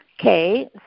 Okay